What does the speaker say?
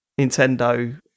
Nintendo